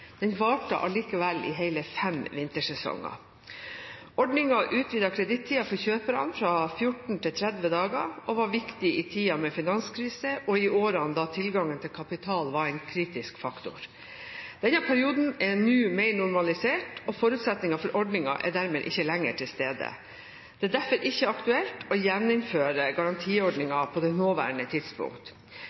Den varte allikevel i hele fem vintersesonger. Ordningen utvidet kredittiden for kjøperne fra 14 til 30 dager og var viktig i tiden med finanskrise og i årene da tilgangen til kapital var en kritisk faktor. Denne perioden er nå mer normalisert, og forutsetningene for ordningen er dermed ikke lenger til stede. Det er derfor ikke aktuelt å gjeninnføre garantiordningen på det nåværende tidspunkt.